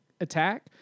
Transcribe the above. attack